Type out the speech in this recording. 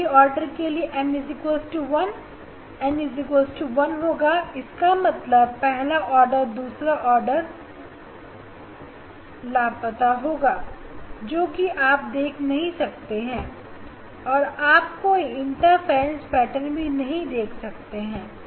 पहली आर्डर के लिए m 1 और n 1 होगा इसका मतलब पहला आर्डर दूसरा और तीसरा ऑर्डर ना पता होगा जो कि आप देख नहीं सकते हैं और आप कोई इंटरफ्रेंस पेटर्न भी नहीं देख सकते हैं